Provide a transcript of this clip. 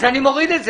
אז אני מוריד את זה.